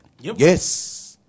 Yes